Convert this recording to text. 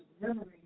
memory